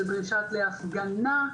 דרישה להפגנה,